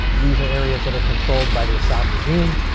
these are areas that are controlled by the assad regime.